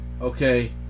Okay